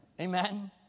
Amen